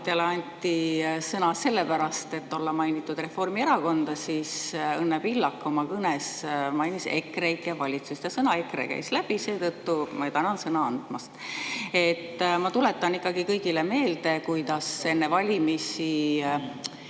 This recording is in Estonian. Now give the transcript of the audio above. anti sõna sellepärast, et olla mainitud Reformierakonda, siis Õnne Pillak mainis oma kõnes EKREIKE valitsust, sõna "EKRE" käis läbi, seetõttu ma tänan sõna andmast. Ma tuletan ikkagi kõigile meelde, kuidas enne valimisi